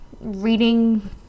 reading